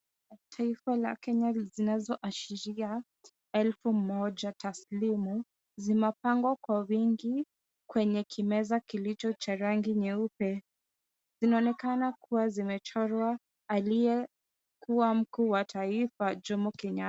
Taifa la Kenya li, zinazo ashiria elfu moja, taslimu. Zimepangwa kwa wingi kwenye kimeza kilicho cha rangi nyeupe. Zinaonekana kuwa zimechorwa aliyekua mkuu wa taifa, Jomo Kenyaa,.